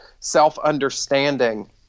self-understanding